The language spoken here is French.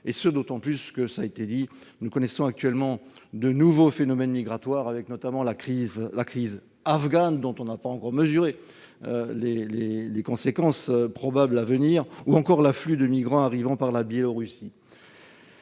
? En outre, cela a été dit, nous connaissons actuellement de nouveaux phénomènes migratoires, du fait notamment de la crise afghane, dont on n'a pas encore mesuré les conséquences probables, et de l'afflux de migrants arrivant par la Biélorussie.